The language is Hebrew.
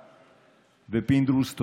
ופינדרוס,